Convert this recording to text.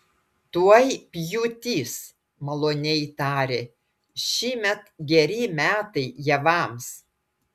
tuoj pjūtis maloniai tarė šįmet geri metai javams